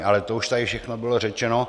Ale to už tady všechno bylo řečeno.